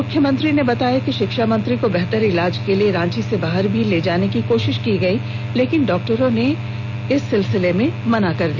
मुख्यमंत्री ने बताया कि शिक्षा मंत्री को बेहतर इलाज के लिए रांची से बाहर भी ले जाने की कोशिश गयी लेकिन डॉक्टरों ने मना कर दिया